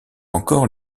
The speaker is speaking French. encore